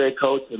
coach